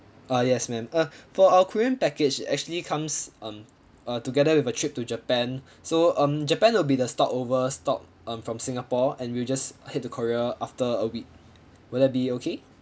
uh yes ma'am uh for our korea package it actually comes um uh together with a trip to japan so um japan will be the stopover stop um from singapore and we'll just head to korea after a week will that be okay